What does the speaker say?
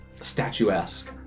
statuesque